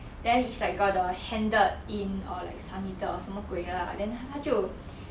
then is like got the handed in or like submitted or 什么鬼 lah then 他他就